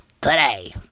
today